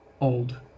old